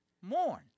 mourn